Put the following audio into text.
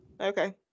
Okay